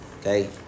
okay